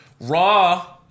Raw